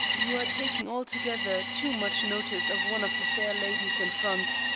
you are taking altogether too much notice of one of the fair ladies in front.